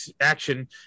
action